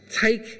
take